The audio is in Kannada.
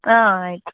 ಹಾಂ ಆಯಿತು